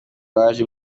waje